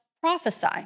prophesy